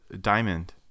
Diamond